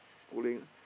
bowling ah